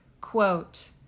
quote